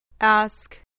Ask